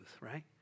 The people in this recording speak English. Right